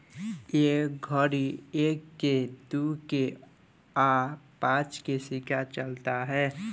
ए घड़ी एक के, दू के आ पांच के सिक्का चलता